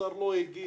השר לא הגיב.